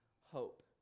hope